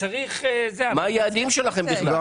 מה היעדים שלכם בכלל?